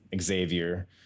Xavier